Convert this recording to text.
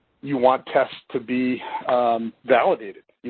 you want tests to be validated.